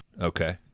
Okay